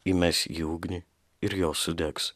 įmes į ugnį ir jos sudegs